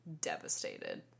devastated